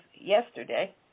yesterday